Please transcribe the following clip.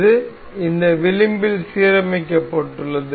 இது இந்த விளிம்பில் சீரமைக்கப்பட்டுள்ளது